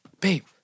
Babe